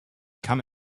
come